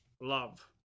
Love